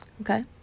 Okay